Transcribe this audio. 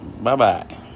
Bye-bye